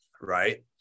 right